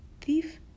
thief